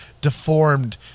deformed